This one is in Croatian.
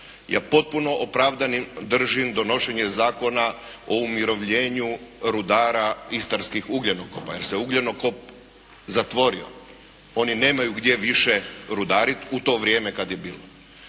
Ja potpuno opravdanim držim donošenje zakona o umirovljenju rudara istarskih ugljenokopa jer se ugljenokop zatvorio. Oni nemaju gdje više rudariti u to vrijeme kad je bilo.